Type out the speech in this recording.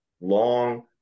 long